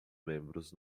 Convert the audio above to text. membros